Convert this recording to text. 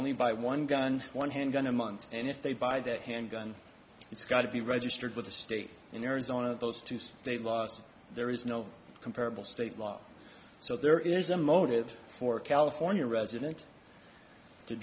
only buy one gun one handgun a month and if they buy the handgun it's got to be registered with the state in arizona of those two so they lost there is no comparable state law so there is a motive for california resident to